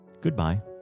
goodbye